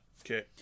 Okay